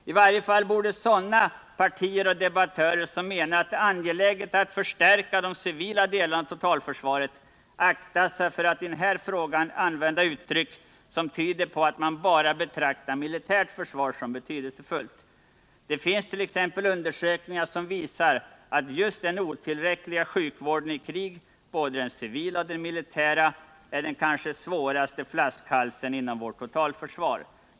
I varje fall borde sådana partier och debattörer, som menar att det är angeläget att förstärka de civila delarna av totalförsvaret, akta sig för att i den här frågan använda uttryck, som tyder på att man bara betraktar militärt försvar som betydelsefullt. Det finns t.ex. undersökningar, som visar att just den otillräckliga sjukvården i krig — både den civila och den militära — är den kanske besvärligaste flaskhalsen inom vårt totalförsvar.